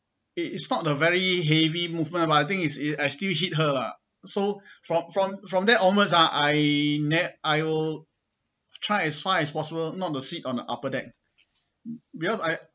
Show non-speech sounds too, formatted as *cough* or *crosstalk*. it it is not a very heavy movement lah but I think is it I still hit her lah so *breath* from from from that onwards ah I ne~ I'll try as far as possible not to sit on the upper deck because I